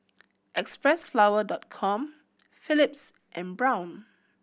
Xpressflower Dot Com Philips and Braun